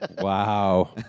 Wow